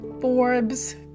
Forbes